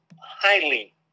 highly